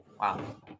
wow